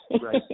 Right